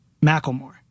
Macklemore